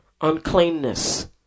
uncleanness